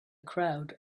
crowd